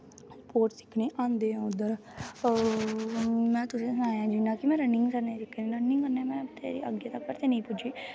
sports सिक्खने औंदे ऐ उद्धर में तुसें सनाया जि''यां कि में रनिंग करनी रनिंग कन्नै में अग्गें तक्कर ते नेईं पुज्जी